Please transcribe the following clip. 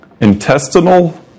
intestinal